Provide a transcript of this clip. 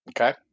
Okay